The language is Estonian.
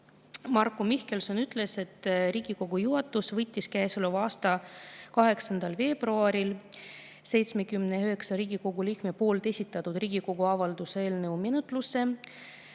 Marko Mihkelson ütles, et Riigikogu juhatus võttis käesoleva aasta 8. veebruaril 79 Riigikogu liikme esitatud Riigikogu avalduse eelnõu menetlusse,